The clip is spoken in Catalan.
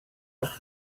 els